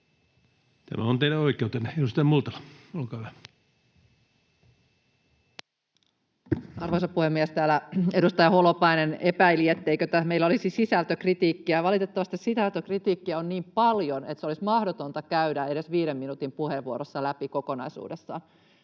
siihen liittyviksi laeiksi Time: 18:12 Content: Arvoisa puhemies! Täällä edustaja Holopainen epäili, etteikö tämä meillä olisi sisältökritiikkiä. Valitettavasti sisältökritiikkiä on niin paljon, että se olisi mahdotonta käydä edes viiden minuutin puheenvuorossa läpi kokonaisuudessaan.